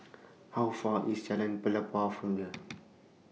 How Far IS Jalan Pelepah from here